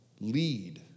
Lead